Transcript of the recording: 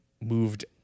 moved